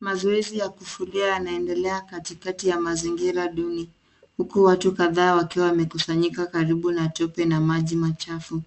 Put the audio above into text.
Mazoezi ya kufagia yanaendelea katikati ya mazingira duni huku watu kadhaa wakiwa wamekusanyika karibu na tope na maji machafu.